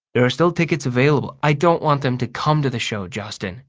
there are still tickets available i don't want them to come to the show, justin,